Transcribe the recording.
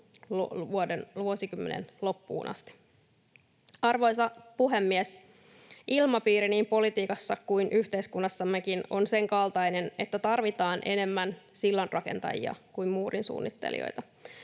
vuodessa vuosikymmenen loppuun asti. Arvoisa puhemies! Ilmapiiri niin politiikassa kuin yhteiskunnassammekin on senkaltainen, että tarvitaan enemmän sillan rakentajia kuin muurin suunnittelijoita.